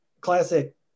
classic